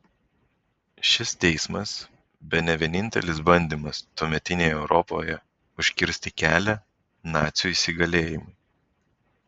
šis teismas bene vienintelis bandymas tuometinėje europoje užkirsti kelią nacių įsigalėjimui